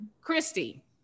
christy